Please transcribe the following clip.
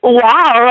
wow